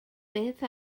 beth